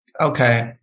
Okay